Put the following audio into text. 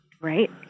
right